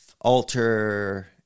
alter